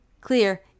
clear